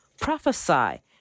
Prophesy